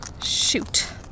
Shoot